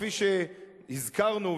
כפי שהזכרנו,